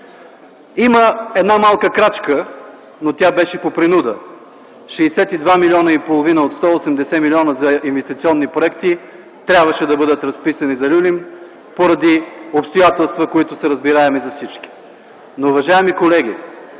Има една малка крачка, но тя беше по принуда – 62,5 млн. от 180 млн. за инвестиционни проекти трябваше да бъдат разписани за „Люлин” поради обстоятелства, които са разбираеми за всички. Уважаеми колеги,